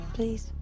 Please